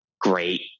great